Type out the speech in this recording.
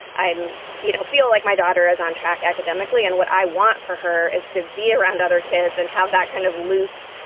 i you know feel like my daughter is on track academically. and what i want for her is to be around other kids and have that kind of loose.